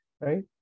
right